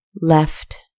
left